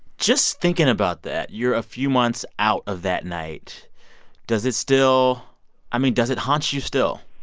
just thinking about that you're a few months out of that night does it still i mean, does it haunts you still?